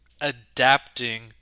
adapting